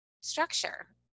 structure